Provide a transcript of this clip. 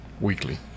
weekly